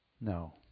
No